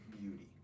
beauty